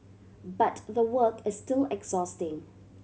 but the work is still exhausting